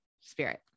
spirit